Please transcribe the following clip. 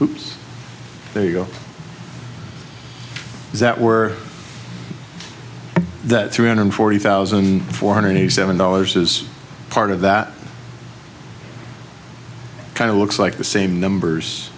down oops there you go is that were that three hundred forty thousand four hundred eighty seven dollars is part of that kind of looks like the same numbers